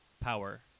power